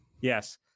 Yes